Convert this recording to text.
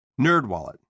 NerdWallet